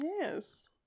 Yes